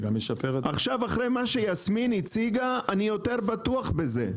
עכשיו אחרי מה שיסמין הציגה אני יותר בטוח בזה.